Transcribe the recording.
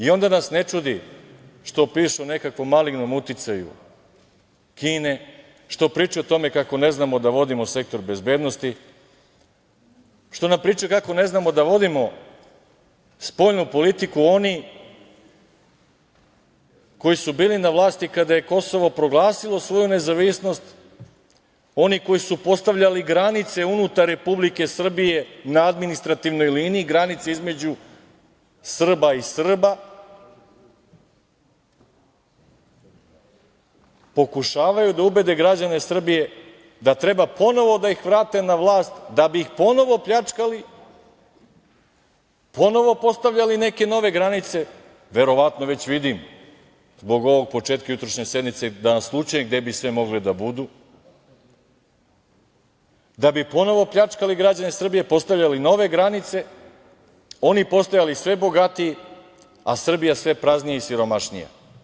Onda nas ne čudi što pišu o nekakvom malignom uticaju Kine, što pričaju o tome kako ne znamo da vodimo Sektor bezbednosti, što nam pričaju kako ne znamo da vodimo spoljnu politiku, oni koji su bili na vlasti kada je Kosovo proglasilo svoju nezavisnost, oni koji su postavljali granice unutar Republike Srbije na administrativnoj liniji, granice između Srba i Srba, pokušavaju da ubede građane Srbije da treba ponovo da ih vrate na vlast da bi ih ponovo pljačkali, ponovo postavljali neke nove granice, verovatno već vidim zbog ovog početka jutrošnje sednice, da naslućuju gde bi sve mogli da budu, da bi ponovo pljačkali građane Srbije, postavljali nove granice, oni postajali sve bogatiji, a Srbija sve praznija i siromašnija.